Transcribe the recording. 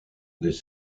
des